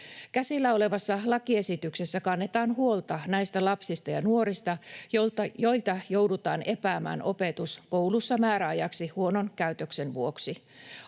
Käsillä olevassa lakiesityksessä kannetaan huolta lapsista ja nuorista, joilta joudutaan epäämään opetus koulussa määräajaksi huonon käytöksen vuoksi.